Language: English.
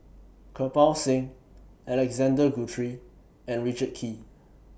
Kirpal Singh Alexander Guthrie and Richard Kee